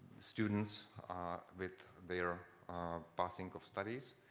students with their passing of studies.